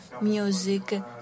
music